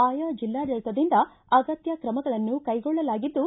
ಆಯಾ ಜಿಲ್ಲಾಡಳಿತದಿಂದ ಅಗತ್ಯ ಕ್ರಮಗಳನ್ನು ಕೈಗೊಳ್ಳಲಾಗಿದ್ದು